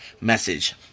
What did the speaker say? message